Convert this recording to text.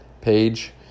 page